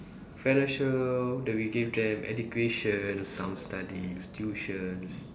financial then we give them education some studies tuition